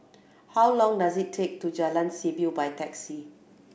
how long does it take to Jalan Seaview by taxi